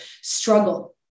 struggle